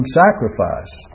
sacrifice